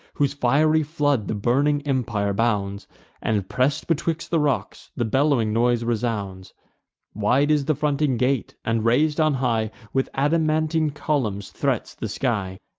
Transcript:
whose fiery flood the burning empire bounds and, press'd betwixt the rocks, the bellowing noise resounds wide is the fronting gate, and, rais'd on high with adamantine columns, threats the sky.